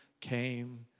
came